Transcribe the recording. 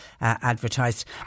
advertised